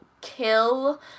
kill